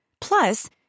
Plus